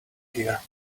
here